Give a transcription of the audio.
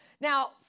Now